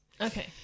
Okay